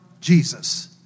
Jesus